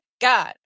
God